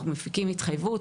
אנחנו מפיקים התחייבות.